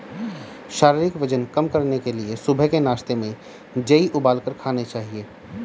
शारीरिक वजन कम करने के लिए सुबह के नाश्ते में जेई उबालकर खाने चाहिए